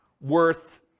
worth